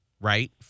right